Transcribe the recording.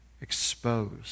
exposed